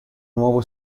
nuovo